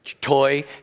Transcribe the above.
toy